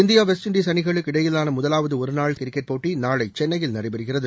India West Indies அணிகளுக்கு இடையிலான முதலாவது ஒருநாள் கிரிக்கெட் போட்டி நாளை சென்னையில் நடைபெறுகிறது